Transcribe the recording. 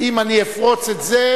אם אני אפרוץ את זה,